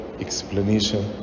explanation